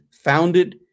founded